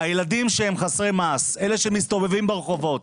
הילדים שהם חסרי מעש, אלה שמסתובבים ברחובות,